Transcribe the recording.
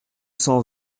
cent